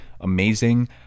amazing